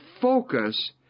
focus